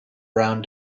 brown